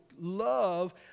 love